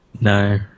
No